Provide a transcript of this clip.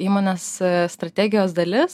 įmonės strategijos dalis